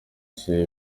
soya